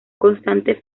constante